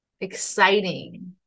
Exciting